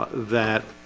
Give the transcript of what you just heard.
that